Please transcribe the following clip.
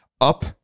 up